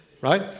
right